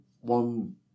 one